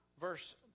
verse